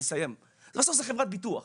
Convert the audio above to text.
בסוף זה חברת ביטוח.